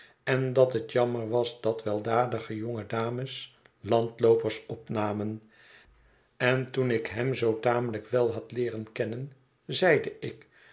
en dat het jammer was dat weldadige jonge dames landloopers opnamen en toen ik hem zoo tamelijk wel had leeren kennen zeide ik